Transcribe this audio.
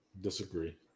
disagree